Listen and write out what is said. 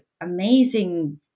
amazing